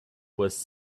was